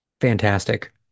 Fantastic